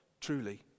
truly